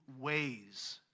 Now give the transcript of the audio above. ways